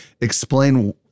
explain